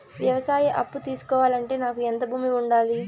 వ్యవసాయ అప్పు తీసుకోవాలంటే నాకు ఎంత భూమి ఉండాలి?